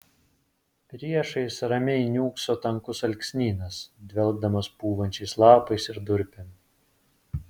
priešais ramiai niūkso tankus alksnynas dvelkdamas pūvančiais lapais ir durpėm